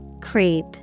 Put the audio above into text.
Creep